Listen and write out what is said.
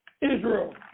Israel